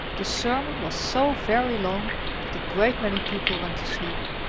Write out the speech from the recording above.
the sermon was so very long that a great many people went to sleep.